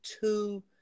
two